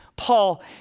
Paul